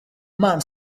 man